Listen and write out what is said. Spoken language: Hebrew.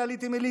עליתי מליטא.